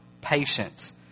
patience